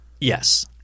Yes